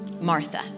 Martha